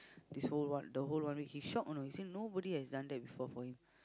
this whole one the whole one week he shocked you know he say nobody has done that before for him